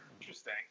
Interesting